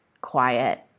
quiet